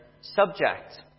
subject